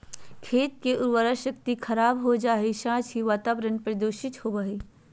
खेत के उर्वरा शक्ति खराब हो जा हइ, साथ ही वातावरण प्रदूषित होबो हइ